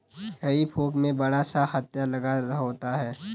हेई फोक में बड़ा सा हत्था लगा होता है